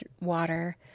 water